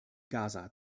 gaza